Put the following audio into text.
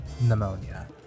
pneumonia